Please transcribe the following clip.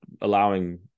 allowing